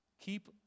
Keep